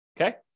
okay